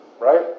Right